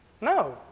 No